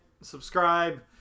subscribe